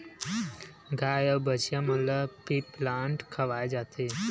गाय अउ बछिया मन ल फीप्लांट खवाए जाथे